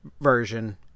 version